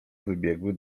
wybiegły